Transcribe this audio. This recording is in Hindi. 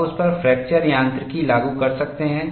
आप उस पर फ्रैक्चर यांत्रिकी लागू कर सकते हैं